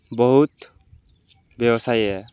ବହୁତ୍ ବ୍ୟବସାୟୀ ଏ